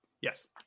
Yes